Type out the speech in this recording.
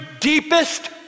deepest